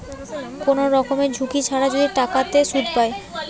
কোন রকমের ঝুঁকি ছাড়া যদি টাকাতে সুধ পায়